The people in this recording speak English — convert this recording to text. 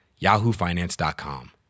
yahoofinance.com